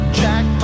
jack